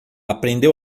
aprendeu